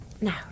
Now